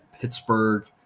Pittsburgh